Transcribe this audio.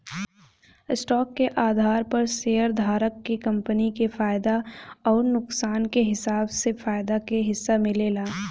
stock के आधार पर शेयरधारक के कंपनी के फायदा अउर नुकसान के हिसाब से फायदा के हिस्सा मिलेला